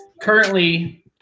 currently